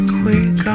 quick